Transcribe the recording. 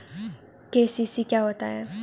KCC क्या होता है?